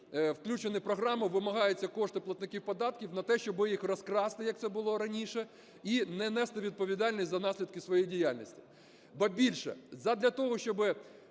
включений в програму, вимагаються кошти платників податків на те, щоб їх розкрасти, як це було раніше, і не нести відповідальність за наслідки своєї діяльності. Ба більше, задля того, щоби